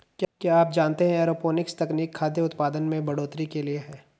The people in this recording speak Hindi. क्या आप जानते है एरोपोनिक्स तकनीक खाद्य उतपादन में बढ़ोतरी के लिए है?